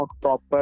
proper